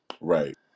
Right